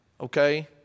Okay